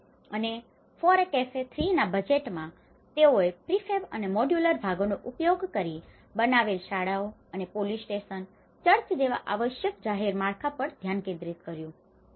અને FORECAFE 3ના બજેટમાં તેઓએ પ્રિફેબ અને મોડ્યુલર ભાગોનો ઉપયોગ કરીને બનાવેલ શાળાઓ અને પોલીસ સ્ટેશન ચર્ચ જેવા આવશ્યક જાહેર માળખા પર ધ્યાન કેન્દ્રિત કર્યું હતું